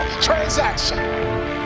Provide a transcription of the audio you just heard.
transaction